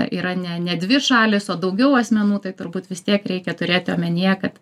yra ne ne dvi šalys o daugiau asmenų tai turbūt vis tiek reikia turėti omenyje kad